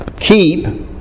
keep